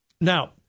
Now